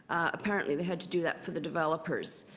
apparently they had to do that for the developers.